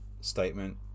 statement